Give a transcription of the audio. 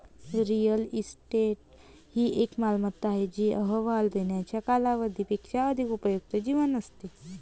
real estate ही एक मालमत्ता आहे जी अहवाल देण्याच्या कालावधी पेक्षा अधिक उपयुक्त जीवन असते